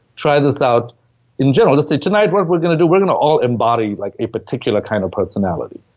try this out in general. just say, tonight, what we're gonna do, we're gonna all embody like a particular kind of personality.